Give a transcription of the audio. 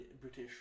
british